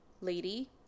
lady